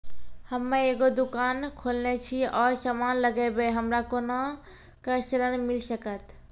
हम्मे एगो दुकान खोलने छी और समान लगैबै हमरा कोना के ऋण मिल सकत?